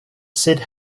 sid